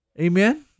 Amen